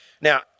Now